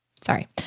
Sorry